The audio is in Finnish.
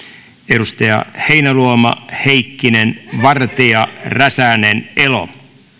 edustajat heinäluoma heikkinen vartia räsänen elo